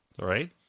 right